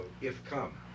if-come